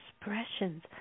expressions